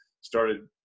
started